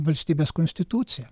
valstybės konstitucija